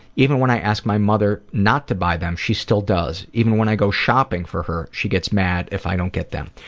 even when i ask my mother not to buy them she still does even when i go shopping for her, she gets mad if i don't get them.